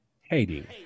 Hating